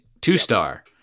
Two-star